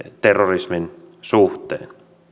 terrorismin suhteen